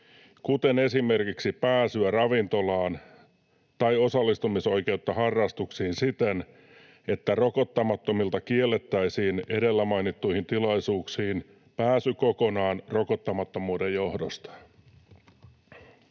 kuten esimerkiksi pääsyä ravintolaan tai osallistumisoikeutta harrastuksiin, siten, että rokottamattomilta kiellettäisiin edellä mainittuihin tilaisuuksiin pääsy kokonaan rokottamattomuuden johdosta.